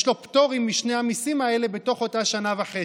יש לו פטורים משני המיסים האלה בתוך אותה שנה וחצי.